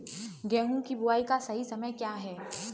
गेहूँ की बुआई का सही समय क्या है?